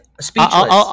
speechless